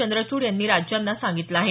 चंद्रचूड यांनी राज्यांना सांगितलं आहे